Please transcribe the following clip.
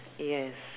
yes